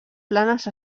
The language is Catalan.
planes